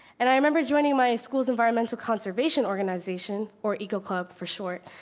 and i remember joining my school's environmental conservation organization, or eco club, for short,